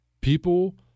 People